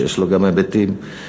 שיש לו גם היבטים אחרים.